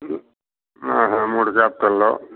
మూడు క్యాపిటల్లు